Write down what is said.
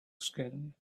skin